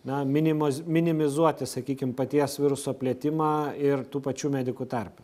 na minimos minimizuoti sakykim paties viruso plitimą ir tų pačių medikų tarpe